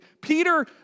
Peter